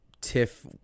Tiff